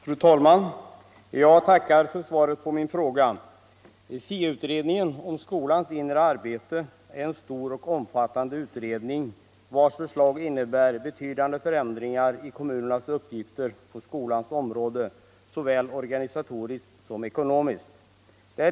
Fru talman! Jag tackar för svaret på min fråga. SIA-utredningen om skolans inre arbete är en stor och omfattande utredning, vars förslag innebär betydande förändringar i kommunernas uppgifter på skolans område såväl organisatoriskt som ekonomiskt.